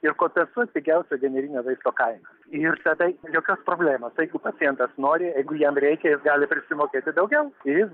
ir kompensuot pigiausio generinio vaisto kaina ir tada jokios problemos jeigu pacientas nori jeigu jam reikia gali prisimokėti daugiau jis